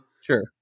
Sure